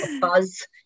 buzz